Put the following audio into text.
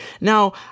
Now